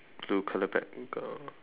blue colour bag uh